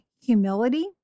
humility